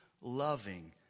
loving